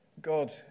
God